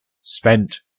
spent